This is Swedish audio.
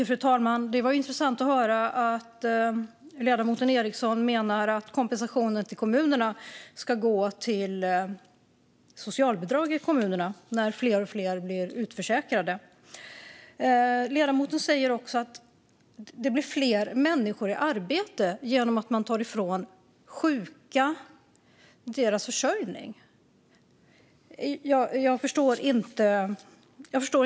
Fru talman! Det var intressant att höra att ledamoten Ericson menar att kompensationen till kommunerna ska gå till socialbidrag när fler och fler blir utförsäkrade. Ledamoten säger också att det blir fler människor i arbete genom att man tar ifrån sjuka deras försörjning. Jag förstår inte logiken.